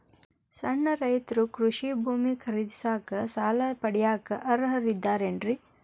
ಸಣ್ಣ ರೈತರು ಕೃಷಿ ಭೂಮಿ ಖರೇದಿಸಾಕ, ಸಾಲ ಪಡಿಯಾಕ ಅರ್ಹರಿದ್ದಾರೇನ್ರಿ?